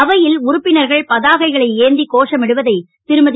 அவையில் உறுப்பினர்கள் பதாகைகளை ஏந்தி கோஷமிடுவதை திருமதி